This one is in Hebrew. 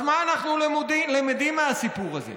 אז מה אנחנו למדים מהסיפור הזה?